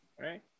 right